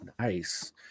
Nice